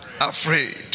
afraid